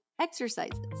exercises